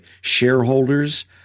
shareholders